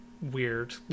weird